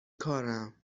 کارم